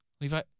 Levi